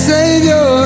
Savior